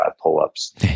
pull-ups